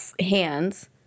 hands